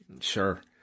Sure